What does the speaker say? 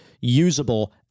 usable